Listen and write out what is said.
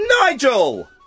Nigel